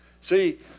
see